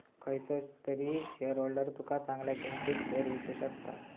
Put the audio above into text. खयचो तरी शेयरहोल्डर तुका चांगल्या किंमतीत शेयर विकु शकता